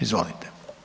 Izvolite.